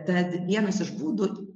tad vienas iš būdų